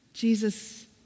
Jesus